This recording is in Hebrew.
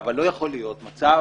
אבל לא יכול להיות מצב